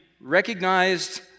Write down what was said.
recognized